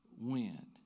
went